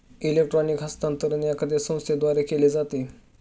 electronic हस्तांतरण एखाद्या संस्थेद्वारे केले जाते